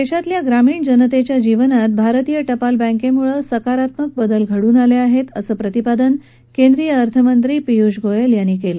देशातल्या ग्रामीण जनतेच्या जीवनात भारतीय टपाल बँकेमुळे सकारात्मक बदल घडून आले आहेत असं प्रतिपादन केंद्रीय अर्थमंत्री पियूष गोयल यांनी केलं